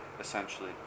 essentially